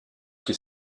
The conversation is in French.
qui